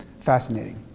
fascinating